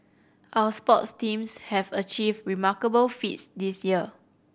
our sports teams have achieved remarkable feats this year